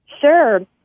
Sure